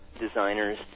designers